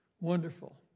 Wonderful